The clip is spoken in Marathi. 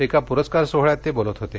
एका पुरस्कार सोहळ्यात ते बोलत होते